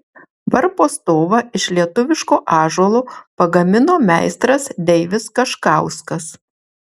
varpo stovą iš lietuviško ąžuolo pagamino meistras deivis kaškauskas